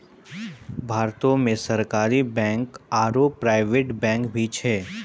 भारतो मे सरकारी बैंक आरो प्राइवेट बैंक भी छै